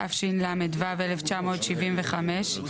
התשל"ו 1975‏,